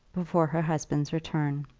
before her husband's return.